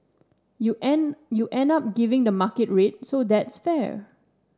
you end you end up giving the market rate so that's fair